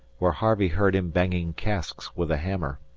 where harvey heard him banging casks with a hammer.